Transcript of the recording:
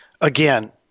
again